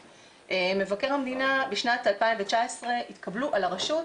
מבקר המדינה, בשנת 2019 התקבלו על הרשות